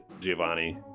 Giovanni